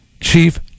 Chief